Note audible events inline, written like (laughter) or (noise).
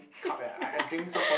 (laughs)